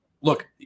look